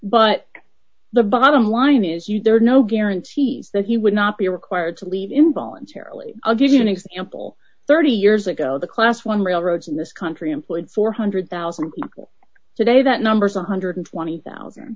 but the bottom line is he there are no guarantees that he would not be required to leave him voluntarily i'll give you an example thirty years ago the class one railroads in this country employed four hundred thousand people today that number one hundred and twenty thousand